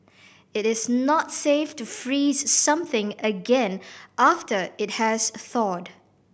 it is not safe to freeze something again after it has thawed